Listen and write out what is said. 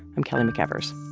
i'm kelly mcevers.